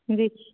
जी